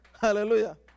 Hallelujah